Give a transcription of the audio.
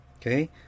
Okay